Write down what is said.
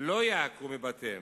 לא ייעקרו מבתיהם.